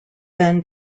then